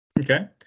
Okay